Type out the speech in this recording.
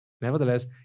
nevertheless